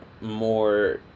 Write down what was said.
more